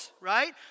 right